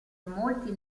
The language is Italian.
molti